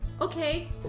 Okay